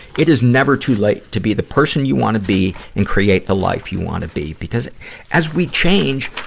it is never too late to be the person you wanna be and create the life you wanna be. because as we change,